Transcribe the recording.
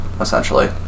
essentially